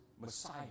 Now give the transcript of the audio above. Messiah